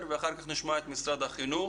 לדובר אחר ואז נשמע גם את משרד החינוך.